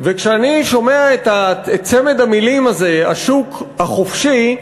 וכשאני שומע את צמד המילים הזה, השוק החופשי,